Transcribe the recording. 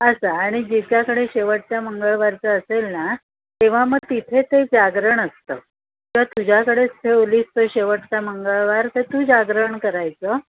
असं आणि जिच्याकडे शेवटच्या मंगळवारचं असेल ना तेव्हा मं तिथे ते जागरण असतं किंवा तुझ्याकडे ठेवलीस शेवटचा मंगळवार तर तू जागरण करायचं